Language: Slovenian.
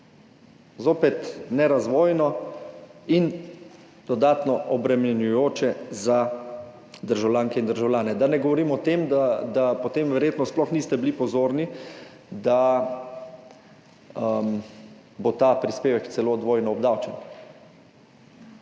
Zopet nerazvojno in dodatno obremenjujoče za državljanke in državljane. Da ne govorim o tem, da potem verjetno sploh niste bili pozorni, da bo ta prispevek celo dvojno obdavčen,